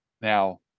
Now